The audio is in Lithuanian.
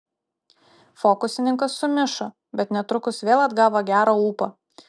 fokusininkas sumišo bet netrukus vėl atgavo gerą ūpą